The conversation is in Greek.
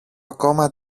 ακόμα